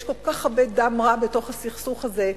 יש כל כך הרבה דם רע בתוך הסכסוך הזה,